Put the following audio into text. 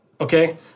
Okay